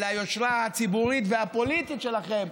אל היושרה הציבורית והפוליטית שלכם,